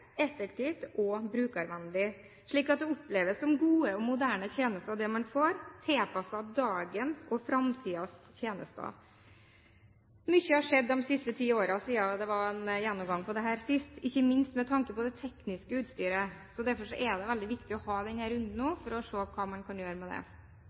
effektivt og brukervennlig, slik at det oppleves som gode og moderne tjenester, det man får, tilpasset dagens og framtidens tjenester. Mye har skjedd i de ti årene som er gått siden det var en gjennomgang av dette sist, ikke minst med tanke på det tekniske utstyret. Derfor er det veldig viktig å ha denne runden nå for å se på hva man kan gjøre med det.